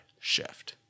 shift